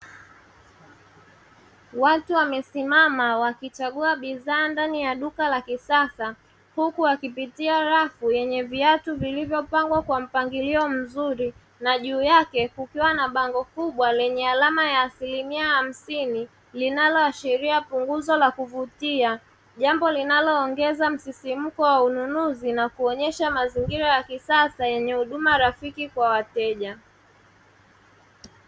Watu wamesimama wakichagua bidhaa ndani ya duka la kisasa huku wakipitia rafu yenye viatu vilivyopangwa kwa mpangilio mzuri, na juu yake kukiwa na bango kubwa lenye alama ya asilimia hamsini linaloashiria punguzo la kuvutia. Jambo linaloongeza msisimko wa ununuzi na kuonyesha mazingira ya kisasa yenye huduma rafiki kwa wateja.